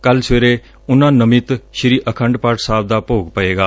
ਕੱਲੂ ਸਵੇਰੇ ਉਨੂਾ ਨਮਿੱਤ ਸ੍ੀ ਆਖੰਡ ਪਾਠ ਸਾਹਿਬ ਦੇ ਭੋਗ ਪਏਗਾ